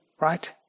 right